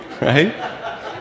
right